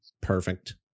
Perfect